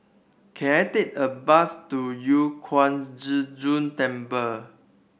can I take a bus to Yu Huang Zhi Zun Temple